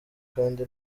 kandi